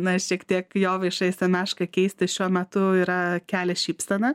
na šiek tiek jovaišai semešką keisti šiuo metu yra kelia šypseną